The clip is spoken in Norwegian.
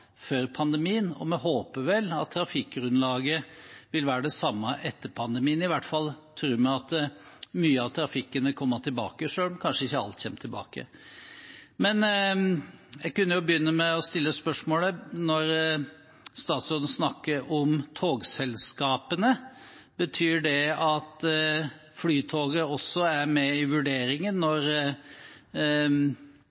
før pandemien, og vi håper vel at trafikkgrunnlaget vil være det samme etter pandemien – i hvert fall tror vi at mye av trafikken vil komme tilbake, selv om kanskje ikke alt kommer tilbake. Men jeg kunne jo begynne med å stille spørsmålet: Når statsråden snakker om togselskapene, betyr det at Flytoget også er med i vurderingen når